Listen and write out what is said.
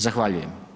Zahvaljujem.